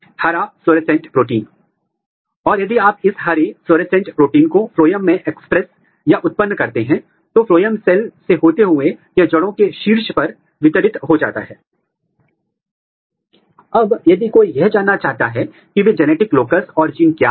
हमने इस पूरे लॉजिक्यूल को लिया है और हमने MADS2 के खिलाफ एंटीसेंस जांच का उपयोग करते हुए स्वस्थानी संकरण में पूरे माउंट का काम किया है और फिर एंटी रोडोडाइन लेबल एंटीबॉडी का उपयोग करके पता लगाया है